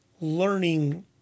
learning